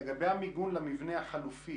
לגבי המיגון למבנה החלופי